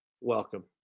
Welcome